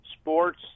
sports